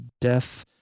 death